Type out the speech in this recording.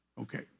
Okay